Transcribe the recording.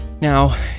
Now